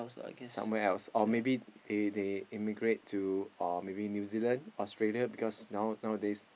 somewhere else or maybe immigrate to New-Zealand or Australia because nowadays